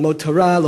ללמוד תורה,